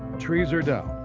trees are down.